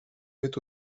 met